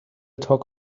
talk